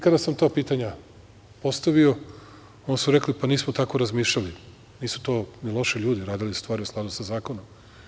Kada sam to pitanje postavio, oni su rekli - pa nismo tako razmišljali, nisu to ni loši ljudi, radili stvari u skladu sa zakonom.